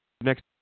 next